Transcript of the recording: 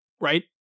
right